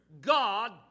God